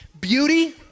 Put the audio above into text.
Beauty